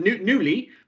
Newly